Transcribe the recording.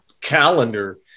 calendar